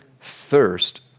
Thirst